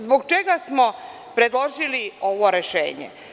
Zbog čega smo predložili ovo rešenje.